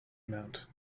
amount